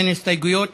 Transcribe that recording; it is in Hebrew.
אין הסתייגויות.